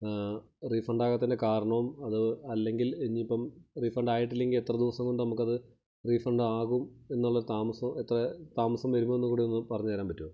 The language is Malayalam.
റീഫണ്ടാകാത്തതിൻ്റെ കാരണവും അത് അല്ലെങ്കിൽ ഇനിയിപ്പം റീഫണ്ടായിട്ടില്ലെങ്കിൽ എത്ര ദിവസം കൊണ്ട് നമുക്കത് റീഫണ്ടാകും എന്നുള്ള താമസം എത്ര താമസം വരുമെന്ന് കൂടി ഒന്ന് പറഞ്ഞ് തരാൻ പറ്റുമോ